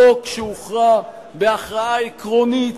חוק שהוכרע בהכרעה עקרונית,